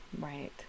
Right